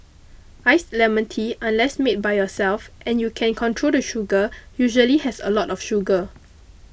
iced lemon tea unless made by yourself and you can control the sugar usually has a lot of sugar